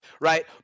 right